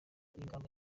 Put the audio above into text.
n’ingamba